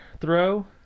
throw